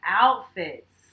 outfits